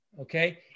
okay